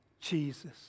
Jesus